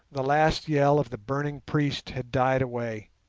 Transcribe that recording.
the last yell of the burning priest had died away,